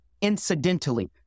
incidentally